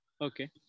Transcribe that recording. Okay